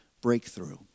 Breakthrough